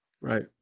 right